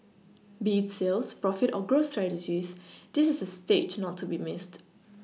be it sales profit or growth strategies this is a stage not to be Missed